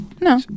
No